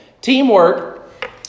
Teamwork